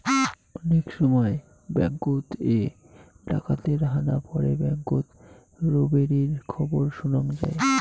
অনেক সময় ব্যাঙ্ককোত এ ডাকাতের হানা পড়ে ব্যাঙ্ককোত রোবেরির খবর শোনাং যাই